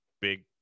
big